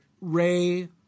Ray